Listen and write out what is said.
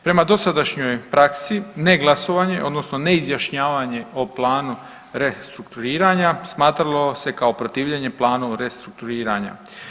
Prema dosadašnjoj praksi ne glasovanje odnosno ne izjašnjavanje o planu restrukturiranja smatralo se kao protivljenje planu restrukturiranja.